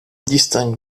distingue